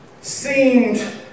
seemed